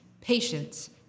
patience